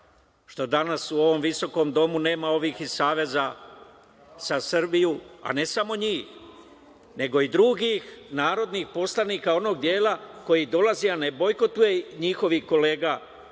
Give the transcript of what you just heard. što danas u ovom visokom domu nema ovih iz SZS, a ne samo njih, nego i drugih narodnih poslanika, onog dela koji ne dolazi, a ne bojkotuje, njihovih kolega,